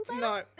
No